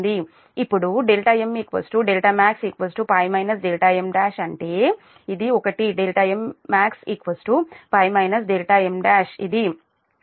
ఇప్పుడు δm δmax π m1అంటే ఇది ఒకటి δmax π m1ఇది